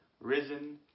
risen